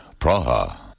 Praha